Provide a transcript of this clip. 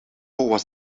was